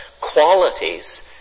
qualities